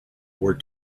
were